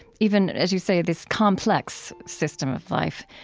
even as you say, this complex system of life.